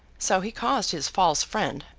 so, he caused his false friend,